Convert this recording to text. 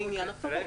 אבל